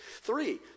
Three